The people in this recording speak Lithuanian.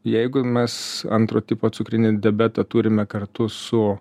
jeigu mes antro tipo cukrinį diabetą turime kartu su